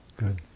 good